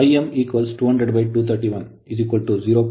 Im 200231 0